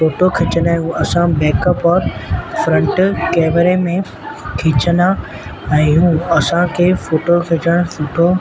photo खींचंदा आहियूं असां मेकअप फ्रंट कैमरे मे खींचंदा आहियूं असांखे फोटो खीचणु सुठो